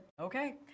okay